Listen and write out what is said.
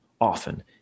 often